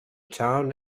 town